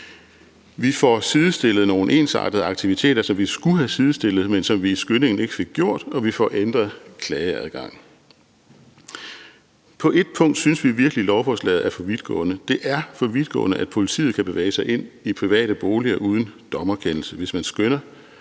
Vi får sidestillet nogle ensartede aktiviteter, som vi skulle have sidestillet, men som vi i skyndingen ikke fik gjort, og vi får ændret klageadgangen. På ét punkt synes vi virkelig, at lovforslaget er for vidtgående. Det er for vidtgående, at politiet kan bevæge sig ind i private boliger uden dommerkendelse, hvis man skønner,